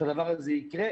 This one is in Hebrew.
שהדבר הזה יקרה,